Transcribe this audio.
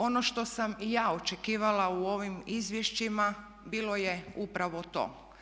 Ono što sam i ja očekivala u ovim izvješćima bilo je upravo to.